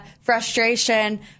frustration